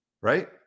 Right